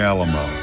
Alamo